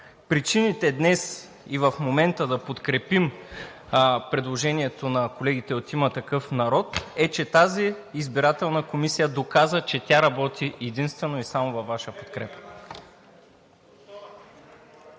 причините днес и в момента да подкрепим предложението на колегите от „Има такъв народ“, е, че тази Избирателна комисия доказа, че тя работи единствено и само във Ваша подкрепа.